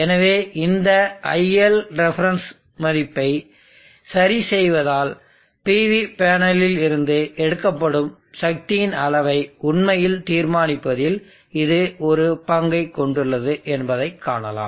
எனவே இந்த ILref மதிப்பை சரி செய்வதால் PV பேனலில் இருந்து எடுக்கப்படும் சக்தியின் அளவை உண்மையில் தீர்மானிப்பதில் இது ஒரு பங்கைக் கொண்டுள்ளது என்பதை காணலாம்